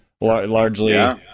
largely